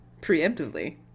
preemptively